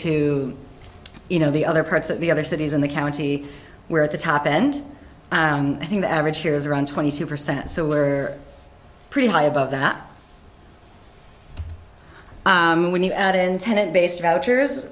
to you know the other parts of the other cities in the county where at the top end i think the average here is around twenty two percent so we are pretty high above that when you add in tenant base vouchers